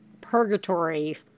purgatory